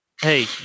Hey